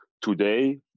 today